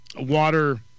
water